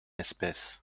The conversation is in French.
espèce